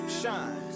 shine